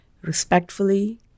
respectfully